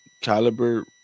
caliber